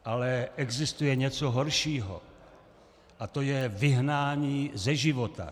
Ale existuje něco horšího a to je vyhnání ze života.